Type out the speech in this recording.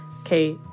okay